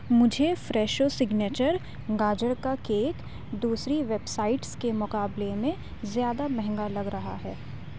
مجھے Fresho signature گاجر کا کیک دوسری ویب سائٹس کے مقابلے میں زیادہ مہنگا لگ رہا ہے